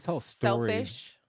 selfish